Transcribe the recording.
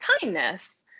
kindness